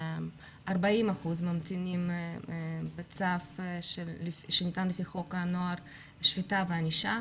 40% ממתינים בצו שניתן לפי חוק הנוער (שפיטה וענישה),